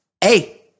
Hey